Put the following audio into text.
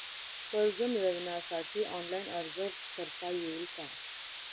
कर्ज मिळविण्यासाठी ऑनलाइन अर्ज करता येईल का?